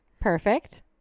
Perfect